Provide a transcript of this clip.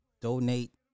donate